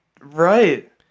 Right